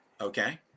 Okay